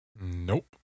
Nope